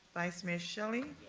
vice mayor shelley.